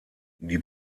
die